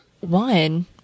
one